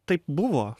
taip buvo